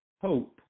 hope